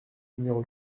numéro